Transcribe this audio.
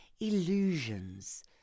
illusions